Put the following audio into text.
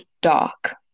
dark